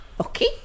Okay